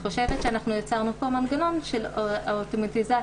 אנחנו יצרנו פה מנגנון של אוטומטיזציה,